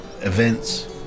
events